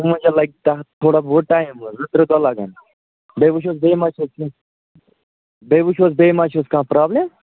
وُنہِ لَگہِ تَتھ تھوڑا بہُت ٹایِم حظ زٕ ترٛےٚ دۄہ لَگَن بیٚیہِ وُچھہوس بیٚیہِ ما چھُس کیٚنٛہہ بیٚیہِ وُچھہوس بیٚیہِ ما چھُس کانٛہہ پرٛابلِم